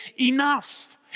enough